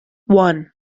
one